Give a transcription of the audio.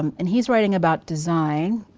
um and he's writing about design,